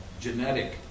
genetic